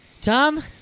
Tom